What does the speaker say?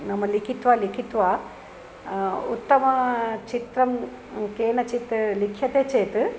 नाम लिखित्वा लिखित्वा उत्तमचित्रं केनचित् लिख्यते चेत्